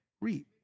reap